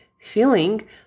Feeling